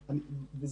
בכנסת,